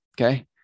okay